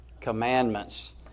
commandments